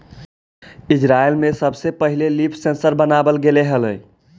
Israel में सबसे पहिले लीफ सेंसर बनाबल गेले हलई